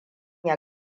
ya